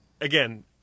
again